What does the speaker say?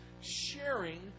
sharing